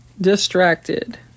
distracted